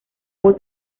voz